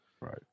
Right